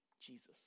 Jesus